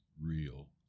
real